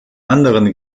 anderen